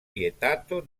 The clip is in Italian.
vietato